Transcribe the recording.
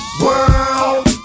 World